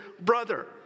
brother